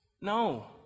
No